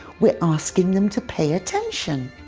we're asking them to pay attention.